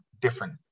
different